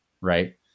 right